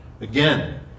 again